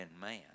man